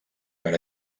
per